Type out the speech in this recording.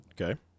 Okay